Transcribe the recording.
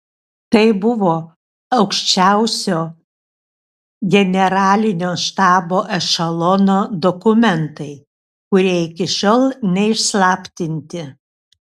tai buvo aukščiausio generalinio štabo ešelono dokumentai kurie iki šiol neišslaptinti